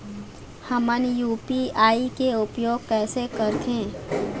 हमन यू.पी.आई के उपयोग कैसे करथें?